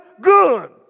good